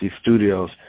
Studios